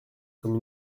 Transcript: comme